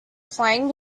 flying